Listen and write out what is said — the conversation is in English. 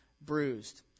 bruised